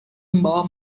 membawa